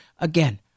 again